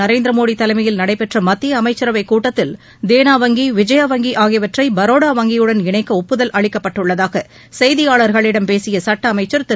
நரேந்திர மோடி தலைமையில் நடைபெற்ற மத்திய அமைச்சரவைக் கூட்டத்தில் தேனா வங்கி விஜயா வங்கி ஆகியவற்றை பரோடா வங்கியுடன் இணைக்க ஒப்புதல் அளிக்கப்பட்டுள்ளதாக செய்தியாளர்களிடம் பேசிய சட்ட அமைச்சர் திரு